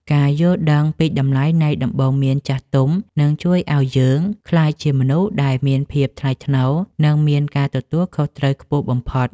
ការយល់ដឹងពីតម្លៃនៃដំបូន្មានចាស់ទុំនឹងជួយឱ្យយើងក្លាយជាមនុស្សដែលមានភាពថ្លៃថ្នូរ និងមានការទទួលខុសត្រូវខ្ពស់បំផុត។